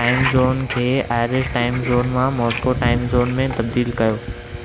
टाइमु zone खे Irish टाइमु zone मां मास्को टाइमु ज़ोन में तब्दील कयो